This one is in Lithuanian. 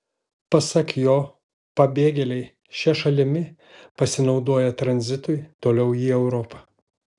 pasak jo pabėgėliai šia šalimi pasinaudoja tranzitui toliau į europą